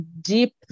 deep